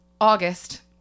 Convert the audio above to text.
August